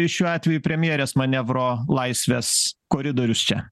šiuo atveju premjerės manevro laisvės koridorius čia